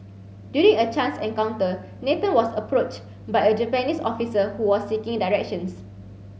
during a chance encounter Nathan was approached by a Japanese officer who was seeking directions